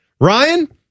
Ryan